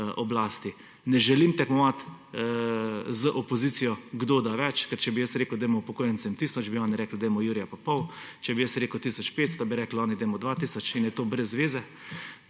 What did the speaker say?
oblasti. Ne želim tekmovati z opozicijo, kdo da več, ker če bi jaz rekel, dajmo upokojencem tisoč, bi oni rekli, dajmo jurja in pol, če bi jaz rekel tisoč 500, bi oni rekli, dajmo 2 tisoč. In je to brez zveze.